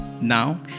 Now